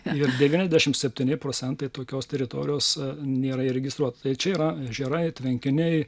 ir devyniasdešimt septyni procentai tokios teritorijos nėra įregistruota tai čia yra ežerai tvenkiniai